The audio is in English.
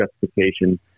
justification